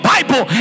Bible